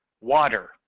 water